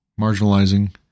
marginalizing